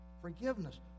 forgiveness